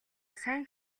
сайн